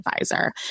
advisor